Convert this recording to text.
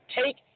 take